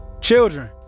Children